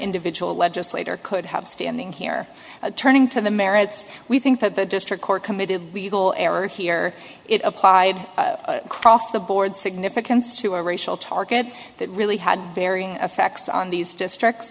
individual legislator could have standing here turning to the merits we think that the district court committed legal error here it applied across the board significance to a racial target that really had varying effects on these districts